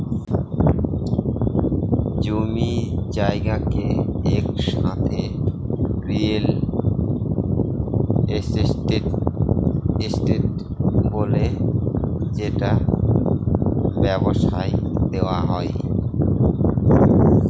জমি জায়গাকে একসাথে রিয়েল এস্টেট বলে যেটা ব্যবসায় দেওয়া হয়